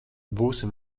būsim